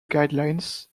guidelines